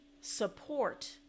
support